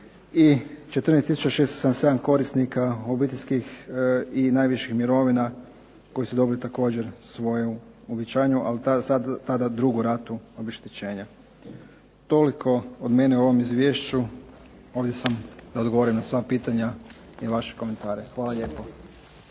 677 korisnika obiteljskih i najviših mirovina koji su dobili također svoju …/Ne razumije se./…, ali sad tada drugu ratu obeštećenja. Toliko od mene u ovom izvješću, ovdje sam da odgovorim na sva pitanja i vaše komentare. Hvala lijepo.